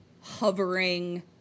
hovering